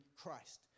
Christ